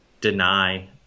deny